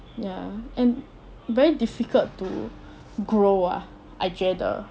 ya and very difficult to grow ah I 觉得